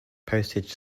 postage